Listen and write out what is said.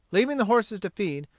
leaving the horses to feed,